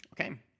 okay